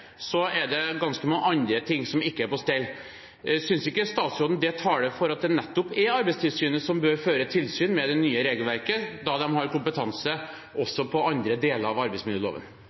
er det noen ganske andre ting som ikke er på stell. Synes ikke statsråden det taler for at det nettopp er Arbeidstilsynet som bør føre tilsyn med det nye regelverket, da de har kompetanse også på andre deler av arbeidsmiljøloven?